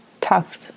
talks